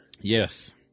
Yes